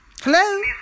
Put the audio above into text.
Hello